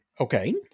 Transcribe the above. Okay